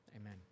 Amen